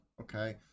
Okay